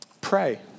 Pray